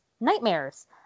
nightmares